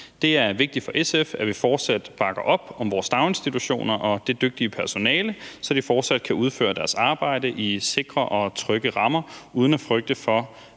Det er vigtigt for SF, at vi fortsat bakker op om vores daginstitutioner og det dygtige personale, så de fortsat kan udføre deres arbejde i sikre og trygge rammer uden at frygte for,